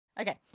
Okay